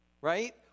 Right